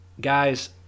guys